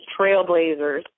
trailblazers